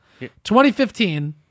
2015